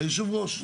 היושב ראש.